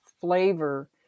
flavor